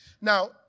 Now